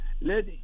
let